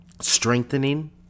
Strengthening